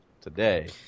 today